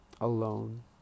alone